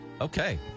Okay